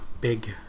Big